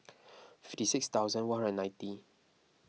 fifty six thousand one hundred and ninety